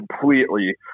completely